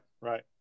right